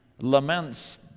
laments